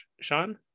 Sean